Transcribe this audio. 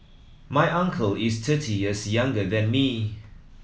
my uncle is thirty years younger than me